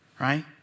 right